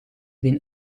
been